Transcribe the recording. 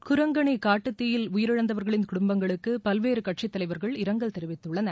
குரங்கனி காட்டுத்தீயில் உயிரிழந்தவர்களின் குடும்பங்களுக்கு பல்வேறு கட்சித் தலைவர்கள் இரங்கல் தெரிவித்துள்ளனர்